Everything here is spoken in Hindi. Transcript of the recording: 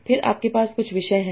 फिर आपके पास कुछ विषय हैं